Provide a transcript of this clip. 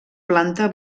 planta